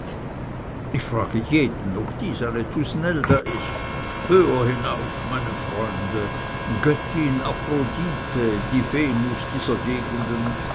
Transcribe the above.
ich frage jeden ob dies eine thusnelda ist höher hinauf meine freunde göttin aphrodite die venus dieser gegenden